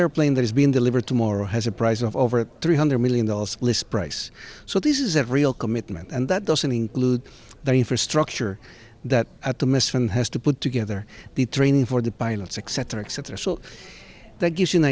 airplane that is being delivered tomorrow has a price of over three hundred million dollars list price so this is a real commitment and that doesn't include the infrastructure that at the mess from has to put together the training for the pilots accept or accept or so that gives you an